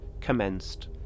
commenced